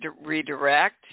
redirect